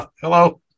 Hello